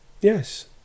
Yes